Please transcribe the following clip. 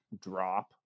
drop